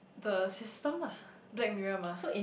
the system lah Black Mirror mah